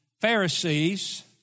Pharisees